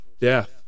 death